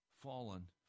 fallen